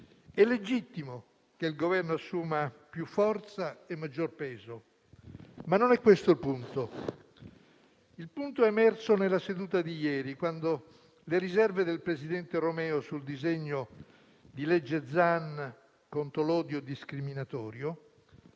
è legittimo che il Governo assuma più forza e maggior peso, ma non è questo il punto. Il punto è emerso nella seduta di ieri, quando le riserve del presidente Romeo sul cosiddetto disegno di legge Zan contro l'odio discriminatorio